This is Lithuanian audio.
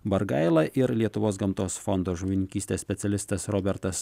bargaila ir lietuvos gamtos fondo žuvininkystės specialistas robertas